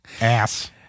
Ass